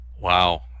Wow